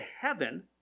heaven